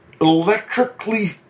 electrically